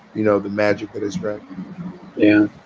you know, the magic that is and